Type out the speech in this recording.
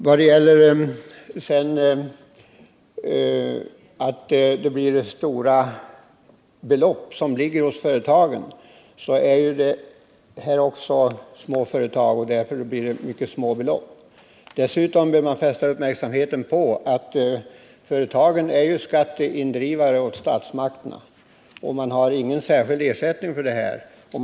När det gäller talet om att det blir stora belopp som ligger hos företagen, vill jag framhålla att det här är fråga små företag, och därför blir det mycket små belopp. Dessutom vill jag fästa uppmärksamheten på att företagen är skatteindrivare åt statsmakterna och att man inte har någon särskild ersättning för detta arbete.